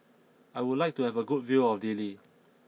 I would like to have a good view of Dili